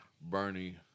Bernie